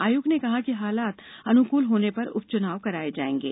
आयोग ने कहा कि हालात अनुकूल होने पर उपचुनाव कराए जाएंगे